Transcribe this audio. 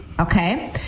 Okay